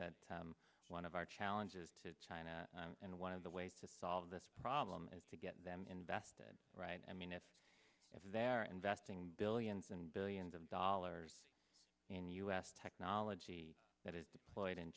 that one of our challenges to china and one of the ways to solve this problem is to get them invested right i mean if they're investing billions and billions of dollars in u s technology that it played in